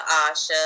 Asha